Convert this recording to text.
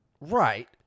Right